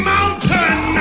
Mountain